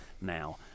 now